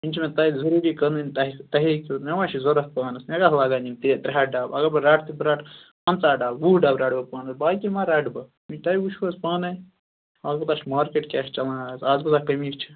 یِم چھِ مےٚ تۄہہِ ضُروٗری کٕننۍ تۄہہِ تۄہہِ مےٚ مَہ چھِ ضروٗرت پانس مےٚ کَتھ لَگن یِم ترٛےٚ ہتھ ڈبہٕ اگر بہٕ رٹہٕ تہِ بہٕ رٹہٕ پنٛژہ ڈبہٕ وُہ ڈبہٕ رٹہٕ بہٕ پانس باقِے مَہ رٹہٕ بہٕ تۄہہِ وُچھوٕ حظ پانے البتہ چھِ مارکیٚٹ کیاہ چھِ چَلان آز آز کۭژاہ کٔمی چھِ